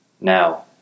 Now